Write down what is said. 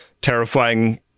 terrifying